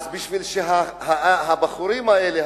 אז בשביל שהבחורים האלה,